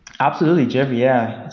absolutely, jeff. yeah,